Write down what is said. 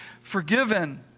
forgiven